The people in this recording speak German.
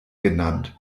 genannt